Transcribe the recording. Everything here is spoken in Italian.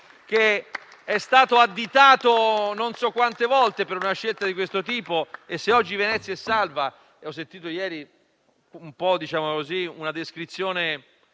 che è stato additato non so quante volte per una scelta di questo tipo. Se oggi Venezia è salva - ho sentito ieri una descrizione